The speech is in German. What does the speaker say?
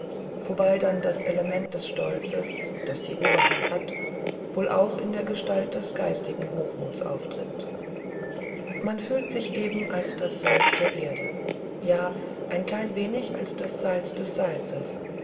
wobei dann das element des stolzes das die oberhand hat wohl auch in der gestalt des geistigen hochmutes auftritt man fühlt sich eben als das salz der erde ja ein klein wenig als das salz des salzes